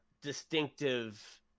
distinctive